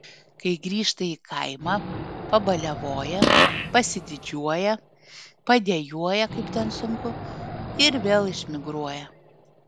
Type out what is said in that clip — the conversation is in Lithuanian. kai grįžta į kaimą pabaliavoja pasididžiuoja padejuoja kaip ten suku ir vėl išmigruoja